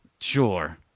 sure